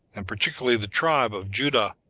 and particularly the tribe of judah,